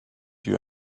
you